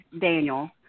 Daniel